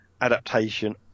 adaptation